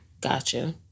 Gotcha